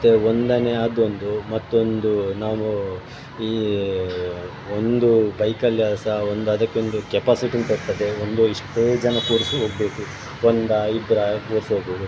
ಮತ್ತು ಒಂದನೇ ಅದೊಂದು ಮತ್ತೊಂದು ನಾವು ಈ ಒಂದು ಬೈಕಲ್ಲಿ ಆದರೆ ಸಹ ಒಂದು ಅದಕ್ಕೊಂದು ಕೆಪ್ಯಾಸಿಟಿ ಅಂತ ಇರ್ತದೆ ಒಂದು ಇಷ್ಟೇ ಜನ ಕೂರಿಸಿ ಹೋಗ್ಬೇಕು ಒಂದು ಇಬ್ಬರು ಕೂರಿಸ್ಬೋದು